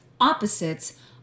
opposites